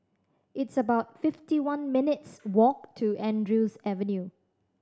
it's about fifty one minutes' walk to Andrews Avenue